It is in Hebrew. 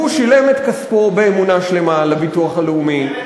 הוא שילם את כספו באמונה שלמה לביטוח הלאומי,